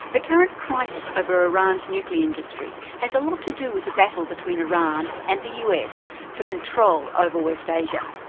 the current crisis over iran's nuclear industry has a lot to do with the battle between iran and the us for control ah over west asia.